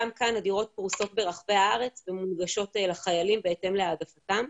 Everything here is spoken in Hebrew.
גם כאן הדירות פרוסות ברחבי הארץ ומונגשות לחיילים בהתאם להעדפתם.